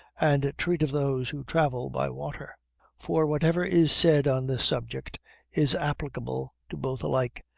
and treat of those who travel by water for whatever is said on this subject is applicable to both alike,